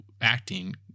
acting